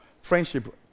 friendship